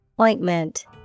Ointment